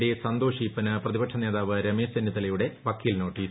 D Santhosh ഈപ്പന് പ്രതിപക്ഷ നേതാവ് രമേശ് ചെന്നിത്തലയുടെ വക്കീൽ നോട്ടീസ്